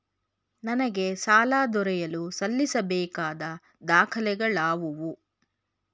ನನಗೆ ಸಾಲ ದೊರೆಯಲು ಸಲ್ಲಿಸಬೇಕಾದ ದಾಖಲೆಗಳಾವವು?